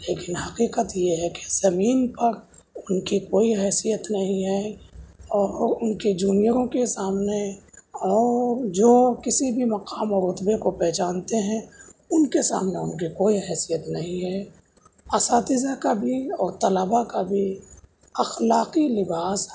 لیکن حقیقت یہ ہے کہ زمین پر ان کی کوئی حیثیت نہیں ہے اور ان کے جونیئروں کے سامنے اور جو کسی بھی مقام اور رتبے کو پہچانتے ہیں ان کے سامنے ان کی کوئی حیثیت نہیں ہے اساتذہ کا بھی اور طلباء کا بھی اخلاقی لباس